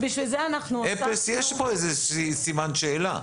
יש פה איזשהו סימן שאלה.